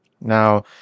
Now